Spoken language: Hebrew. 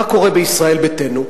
מה קורה בישראל ביתנו?